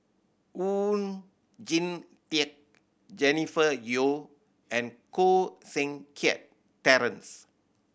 Oon Jin Teik Jennifer Yeo and Koh Seng Kiat Terence